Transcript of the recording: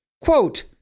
Quote